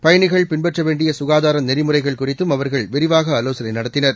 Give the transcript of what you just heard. பயணிகள் பின்பற்ற வேண்டிய சுகாதார நெறிமுறைகள் குறித்தும் அவர்கள் விரிவாக ஆலோசனை நடத்தினர்